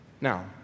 Now